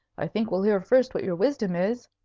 i think we'll hear first what your wisdom is,